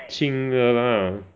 轻的 lah